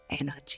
energy